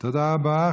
תודה רבה.